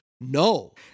no